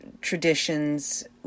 traditions